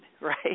right